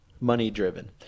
money-driven